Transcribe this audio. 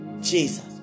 Jesus